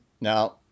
Now